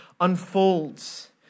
unfolds